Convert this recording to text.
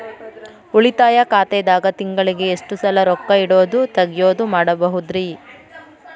ಉಳಿತಾಯ ಖಾತೆದಾಗ ತಿಂಗಳಿಗೆ ಎಷ್ಟ ಸಲ ರೊಕ್ಕ ಇಡೋದು, ತಗ್ಯೊದು ಮಾಡಬಹುದ್ರಿ?